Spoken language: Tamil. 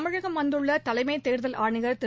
தமிழகம் வந்துள்ளதலைமைத் தேர்தல் ஆணையர் திரு